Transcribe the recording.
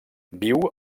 viu